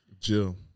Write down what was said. Jill